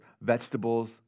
vegetables